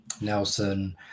Nelson